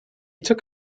took